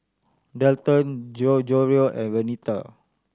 Dalton Gregorio and Renita